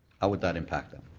how would that impact it?